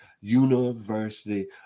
University